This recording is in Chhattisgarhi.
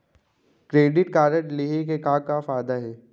क्रेडिट कारड लेहे के का का फायदा हे?